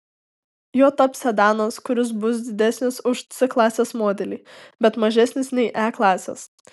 juo taps sedanas kuris bus didesnis už c klasės modelį bet mažesnis nei e klasės